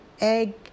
egg